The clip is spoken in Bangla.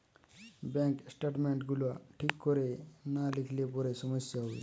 ব্যাংক স্টেটমেন্ট গুলা ঠিক কোরে না লিখলে পরে সমস্যা হবে